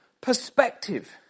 perspective